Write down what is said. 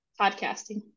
podcasting